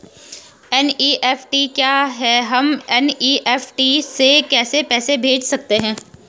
NEFT क्या है हम एन.ई.एफ.टी से कैसे पैसे भेज सकते हैं?